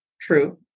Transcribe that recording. true